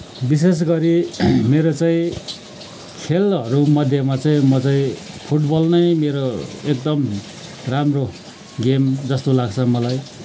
विशेष गरी मेरो चाहिँ खेलहरू मध्येमा चाहिँ म चाहिँ फुटबलनै मेरो एकदम राम्रो गेम जस्तो लाग्छ मलाई